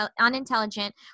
unintelligent